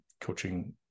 coaching